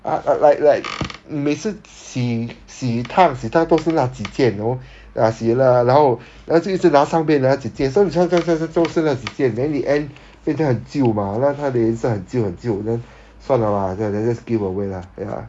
like like 每次洗洗烫洗烫都是那几件 know ah 洗了然后 then 就一直拿上边那几件 so 你穿穿穿都是那几件 then in the end 变成很久 mah 那它的颜色很旧很旧 then 算了 lah 这样 then just give away lah ya